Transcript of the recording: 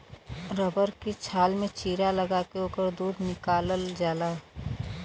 rubber के छाल में चीरा लगा के ओकर दूध निकालल जाला